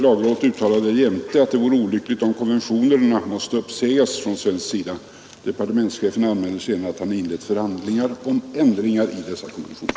Lagrådet uttalade också att det vore olyckligt om konventionerna måste uppsägas från svensk sida. Departementschefen anmäler sedan att han har inlett förhandlingar om ändringar i dessa konventioner